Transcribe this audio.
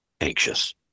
anxious